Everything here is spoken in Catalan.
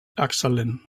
excel·lent